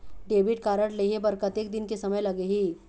Debit card लेहे बर कतेक दिन के समय लगही?